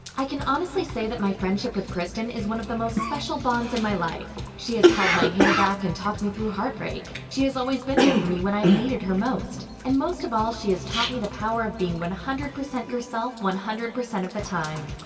i can honestly say that my friendship with kristen is one of the most special bonds in my life. she has held my hair back and talked me through heartbreak. she has always been there for me when i have needed her most, and most of all she has taught me the power of being one hundred percent yourself one hundred percent of the time.